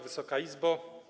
Wysoka Izbo!